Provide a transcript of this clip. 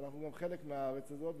ואנחנו גם חלק מהארץ הזאת,